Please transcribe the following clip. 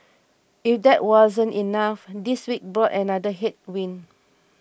if that wasn't enough this week brought another headwind